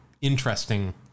interesting